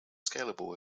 scalable